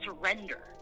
surrender